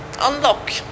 unlock